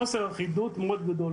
מאוד גדול.